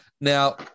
Now